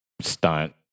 stunt